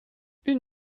une